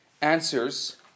answers